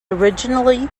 originally